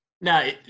Now